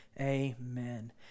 Amen